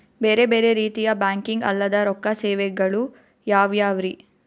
ಬೇರೆ ಬೇರೆ ರೀತಿಯ ಬ್ಯಾಂಕಿಂಗ್ ಅಲ್ಲದ ರೊಕ್ಕ ಸೇವೆಗಳು ಯಾವ್ಯಾವ್ರಿ?